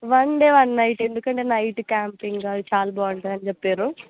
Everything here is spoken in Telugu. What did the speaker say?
వన్ డే వన్ నైట్ ఎందుకంటే నైటు క్యాంపింగు అవి చాలా బాగుంటుంది అని చెప్పారు